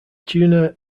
tuna